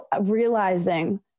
realizing